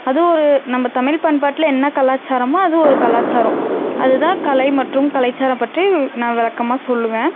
அது ஒரு நம்ம தமில் பண்பாட்டில் என்ன கலாச்சாரமோ அது ஒரு கலாச்சாரம் அது தான் கலை மற்றும் கலாச்சாரம் பற்றி நான் விளக்கமா சொல்லுவேன்